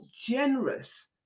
generous